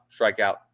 strikeout